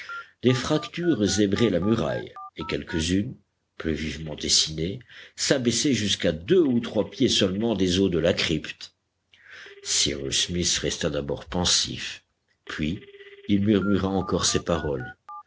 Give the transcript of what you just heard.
des fractures zébraient la muraille et quelques-unes plus vivement dessinées s'abaissaient jusqu'à deux ou trois pieds seulement des eaux de la crypte cyrus smith resta d'abord pensif puis il murmura encore ces paroles